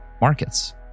Markets